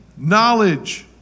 Knowledge